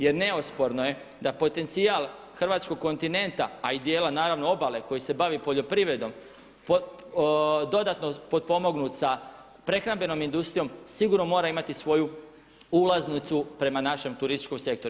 Jer neosporno je da potencijal hrvatskog kontinenta a i dijela naravno obale koji se bavi poljoprivredom dodatno potpomognut sa prehrambenom industrijom sigurno mora imati svoju ulaznicu prema našem turističkom sektoru.